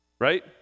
right